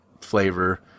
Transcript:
flavor